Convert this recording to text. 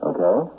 Okay